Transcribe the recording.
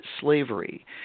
Slavery